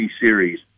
series